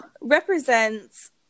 Represents